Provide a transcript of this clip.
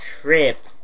trip